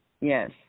Yes